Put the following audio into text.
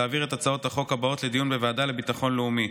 להעביר את הצעות החוק הבאות לדיון בוועדה לביטחון לאומי: